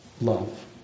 love